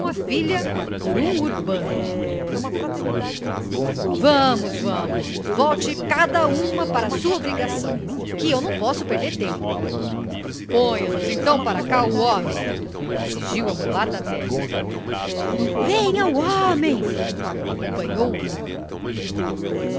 filha por um urbano vamos vamos volte cada uma para a sua obrigação que eu não posso perder tempo ponha nos então pra cá o homem exigiu a mulata velha venha o homem acompanhou o coro